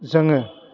जोङो